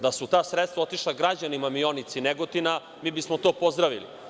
Da su ta sredstva otišla građanima Mijonice i Negotina, mi bismo to pozdravili.